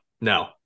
no